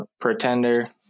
pretender